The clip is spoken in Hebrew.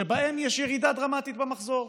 שבהם יש ירידה דרמטית במחזור,